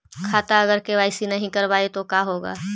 खाता अगर के.वाई.सी नही करबाए तो का होगा?